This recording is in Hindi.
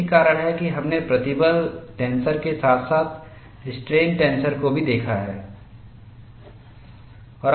यही कारण है कि हमने प्रतिबल टेंसर के साथ साथ स्ट्रेन टेंसर को भी देखा है